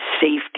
safety